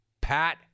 Pat